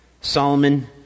Solomon